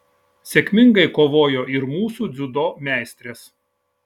sėkmingai kovojo ir mūsų dziudo meistrės